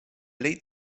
lead